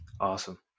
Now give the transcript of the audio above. awesome